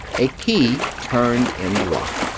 a key turned in the lock.